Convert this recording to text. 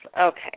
okay